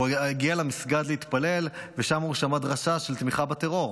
הוא הגיע למסגד להתפלל ושם הוא שמע דרשה של תמיכה בטרור,